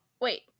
wait